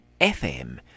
FM